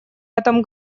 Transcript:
этом